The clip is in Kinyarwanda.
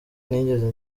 nigeze